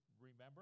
Remember